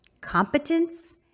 Competence